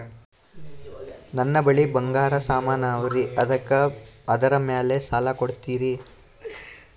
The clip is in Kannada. ನನ್ನ ಬಳಿ ಬಂಗಾರ ಸಾಮಾನ ಅವರಿ ಅದರ ಮ್ಯಾಲ ಸಾಲ ಕೊಡ್ತೀರಿ?